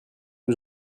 que